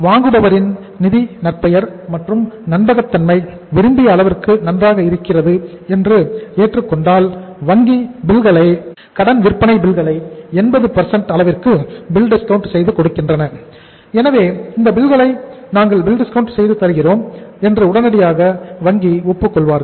வாங்குபவரின் நிதி நற்பெயர் மற்றும் நம்பகத்தன்மை விரும்பிய அளவிற்கு நன்றாக இருக்கிறது என்று ஏற்றுக்கொண்டால் வங்கி பில்கள் கடன் விற்பனை பில்கள் 80 அளவிற்கு பில் டிஸ்கவுண்ட் செய்து தருகிறோம் என்று உடனடியாக ஒப்புக் கொள்வார்கள்